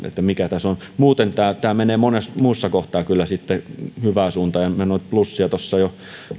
mikä tässä on muuten tämä menee monessa muussa kohtaa kyllä hyvään suuntaan minä noita plussia tuossa jo